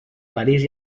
parís